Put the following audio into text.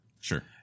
Sure